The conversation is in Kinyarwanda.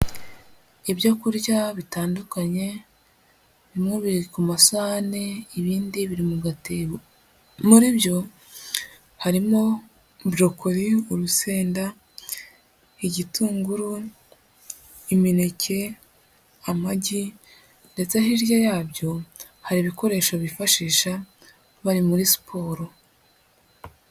Ibyo kurya bitandukanye bimwe biri ku masahane, ibindi biri mu gatebo muri byo harimo burokori, urusenda, igitunguru, imineke, amagi ndetse hirya yabyo hari ibikoresho bifashisha bari muri siporo.